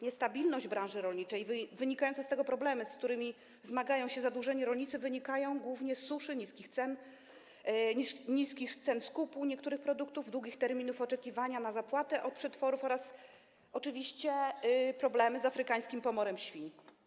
Niestabilność branży rolniczej i wynikające z tego problemy, z którymi zmagają się zadłużeni rolnicy, wynikają głównie z suszy, niskich cen skupu niektórych produktów, długich terminów oczekiwania na zapłatę od przetworów oraz oczywiście problemy z afrykańskim pomorem świń.